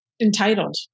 entitled